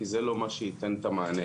כי זה לא מה שייתן את המענה.